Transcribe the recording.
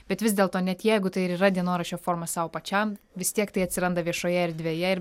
bet vis dėlto net jeigu tai ir yra dienoraščio forma sau pačiam vis tiek tai atsiranda viešoje erdvėje ir